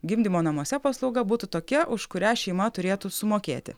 gimdymo namuose paslauga būtų tokia už kurią šeima turėtų sumokėti